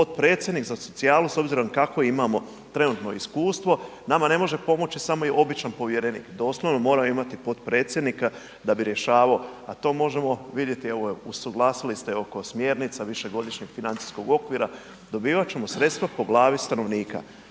potpredsjednik za socijalu s obzirom kakvo imamo trenutno iskustvo, nama ne može pomoći samo običan povjerenik, doslovno mora imati potpredsjednika da bi rješavao, a to možemo vidjeti evo usuglasili ste oko smjernica višegodišnjeg financijskog okvira, dobivat ćemo sredstva po glavi stanovnika,